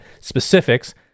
specifics